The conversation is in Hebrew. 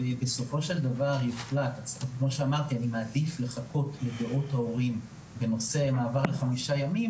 אני מעדיף לחכות לדעות ההורים בנושא מעבר לחמישה ימים,